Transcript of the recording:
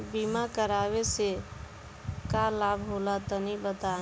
बीमा करावे से का लाभ होला तनि बताई?